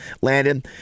Landon